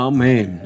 Amen